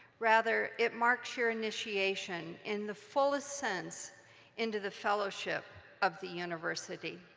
rather it marks your initiation in the fullest sense into the fellowship of the university,